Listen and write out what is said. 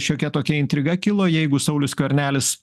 šiokia tokia intriga kilo jeigu saulius skvernelis